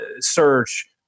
search